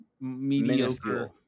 mediocre